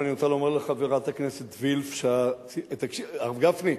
אני רוצה לומר לחברת הכנסת וילף, הרב גפני,